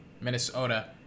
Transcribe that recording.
Minnesota